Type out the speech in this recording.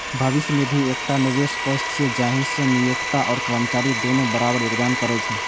भविष्य निधि एकटा निवेश कोष छियै, जाहि मे नियोक्ता आ कर्मचारी दुनू बराबर योगदान करै छै